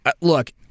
look